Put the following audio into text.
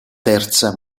terza